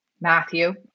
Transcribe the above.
matthew